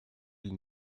ils